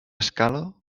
escala